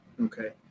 Okay